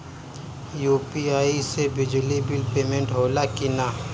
UPI से बिजली bill payment होला कि न?